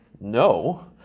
No